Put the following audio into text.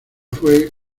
fue